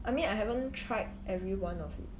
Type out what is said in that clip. I mean I haven't tried every one it